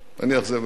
אני אאכזב אתכם.